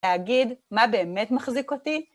להגיד, מה באמת מחזיק אותי?